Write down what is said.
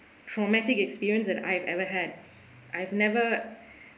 traumatic experience that I've ever had I've never